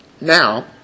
Now